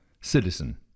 citizen